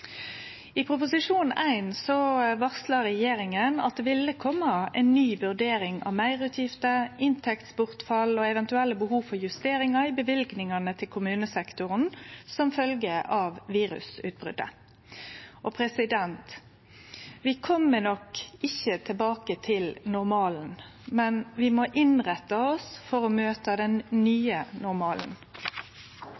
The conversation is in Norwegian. I Prop. 1 S for 2020–2021 varsla regjeringa at det ville kome ei ny vurdering av meirutgifter, inntektsbortfall og eventuelle behov for justeringar i løyvingane til kommunesektoren som følgje av virusutbrotet. Vi kjem nok ikkje tilbake til normalen, men vi må innrette oss for å møte den